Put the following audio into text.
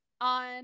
on